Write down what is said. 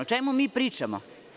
O čemu mi pričamo?